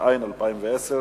הצעת חוק ביטוח בריאות ממלכתי (תיקון מס' 48),